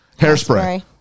Hairspray